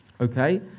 Okay